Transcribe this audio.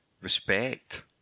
respect